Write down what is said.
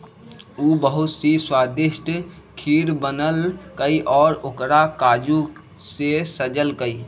उ बहुत ही स्वादिष्ट खीर बनल कई और ओकरा काजू से सजल कई